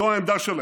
זו העמדה שלהם.